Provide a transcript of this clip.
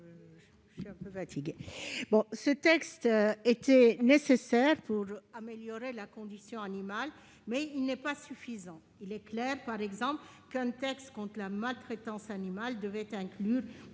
explication de vote. Ce texte était nécessaire pour améliorer la condition animale, mais il n'est pas suffisant. Il est clair, par exemple, qu'un texte contre la maltraitance animale devrait inclure